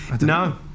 No